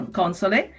console